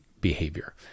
behavior